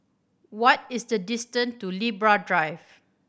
what is the distance to Libra Drive